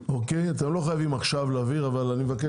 אתם לא חייבים עכשיו להבהיר, אבל אני מבקש.